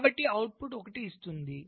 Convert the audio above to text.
కాబట్టి ఇది అవుట్పుట్ 1 ఇస్తుంది